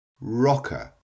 rocker